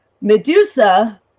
Medusa